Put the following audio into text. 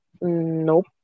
Nope